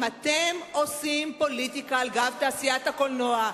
אם אתם עושים פוליטיקה על גב תעשיית הקולנוע.